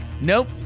Nope